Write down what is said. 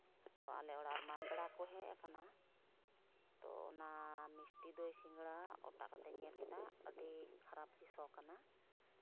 ᱛᱳ ᱟᱞᱮ ᱚᱲᱟᱜ ᱨᱮᱢᱟ ᱯᱮᱲᱟ ᱠᱚ ᱦᱮᱡ ᱠᱟᱱᱟ ᱛᱳ ᱚᱱᱟ ᱢᱤᱥᱴᱤ ᱫᱳᱭ ᱥᱤᱸᱜᱟᱲᱟ ᱚᱴᱟᱜ ᱠᱟᱛᱤᱧ ᱧᱮᱞ ᱠᱮᱫᱟ ᱟᱹᱰᱤ ᱠᱷᱟᱨᱟᱯᱜᱮ ᱥᱚ ᱠᱟᱱᱟ